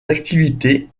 activités